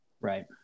Right